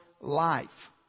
life